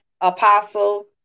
Apostle